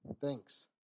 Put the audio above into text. Thanks